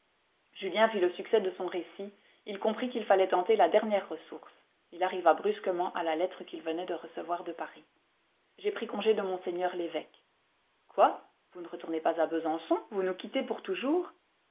julien vit le succès de son récit il comprit qu'il fallait tenter la dernière ressource il arriva brusquement à la lettre qu'il venait de recevoir de paris j'ai pris congé de monseigneur l'évêque quoi vous ne retournez pas à besançon vous nous quittez pour toujours